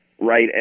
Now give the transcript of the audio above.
right